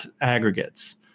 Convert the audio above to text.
aggregates